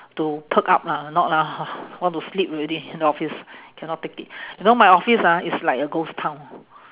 to perk up lah if not ah want to sleep already in the office cannot take it you know my office ah is like a ghost town